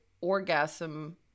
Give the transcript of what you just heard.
orgasm